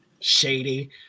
Shady